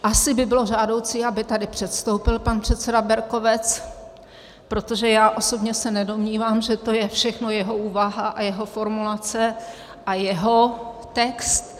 Asi by bylo žádoucí, aby tady předstoupil pan předseda Berkovec protože já osobně se nedomnívám, že to je všechno jeho úvaha a jeho formulace a jeho text.